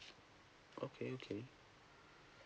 okay okay